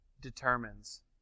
determines